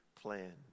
plan